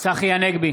צחי הנגבי,